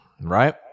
right